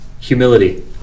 Humility